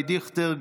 אבי דיכטר,